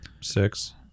six